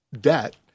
debt